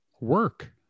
work